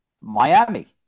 Miami